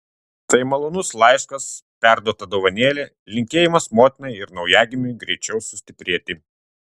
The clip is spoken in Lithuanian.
tai malonus laiškas perduota dovanėlė linkėjimas motinai ir naujagimiui greičiau sustiprėti